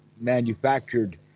manufactured